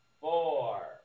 Four